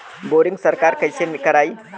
Boring सरकार कईसे करायी?